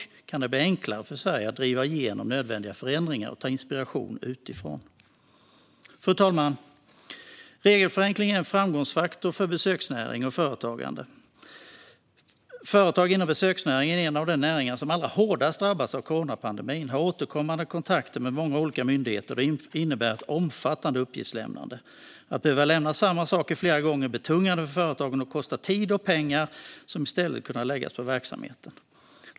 Så kan det bli enklare för Sverige att driva igenom nödvändiga förändringar och hämta inspiration utifrån. Fru talman! Regelförenkling är en framgångsfaktor för besöksnäring och företagande. Företag inom besöksnäringen, en av de näringar som allra hårdast drabbats av coronapandemin, har återkommande kontakter med många olika myndigheter. Det innebär ett omfattande uppgiftslämnande. Att behöva lämna samma uppgifter flera gånger är betungande för företagen och kostar tid och pengar som i stället skulle kunna läggas på verksamheten.